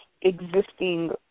existing